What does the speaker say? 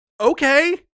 Okay